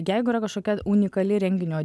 jeigu yra kažkokia unikali renginio